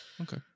Okay